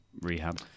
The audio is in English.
rehab